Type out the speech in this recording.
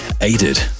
aided